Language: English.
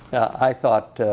i thought